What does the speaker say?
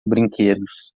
brinquedos